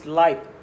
light